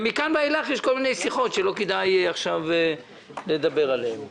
ומכאן ואילך יש כל מיני שיחות שלא כדאי עכשיו לדבר עליהן.